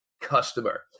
customer